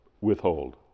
withhold